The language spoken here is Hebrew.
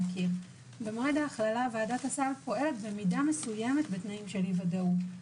במועד ההכללה ועדת הסל פועלת במידה מסוימת בתנאים של אי-ודאות,